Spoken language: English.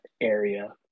area